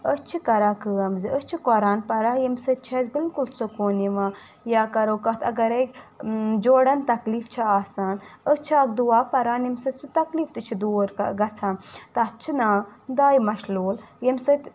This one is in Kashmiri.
أسۍ چھِ کَران کٲم زِ أسۍ چھِ قُران پران ییٚمہِ سٍتۍ چھِ اَسہِ بلکل سکوٗن یوان یا کَرو کتھ اگر ہے جوڑن تکلیٖف چھِ آسان أسۍ چھِ اکھ دُعا پران ییٚمہِ سٍتۍ سُہ تکلیٖف تہِ چھُ دور گژھان تتھ چھِ ناو دُعاے مشلوٗل ییٚمہِ سٍتۍ